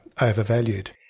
overvalued